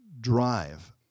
Drive